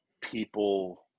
people